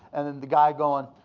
and and the guy going,